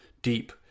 deep